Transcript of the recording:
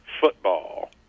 football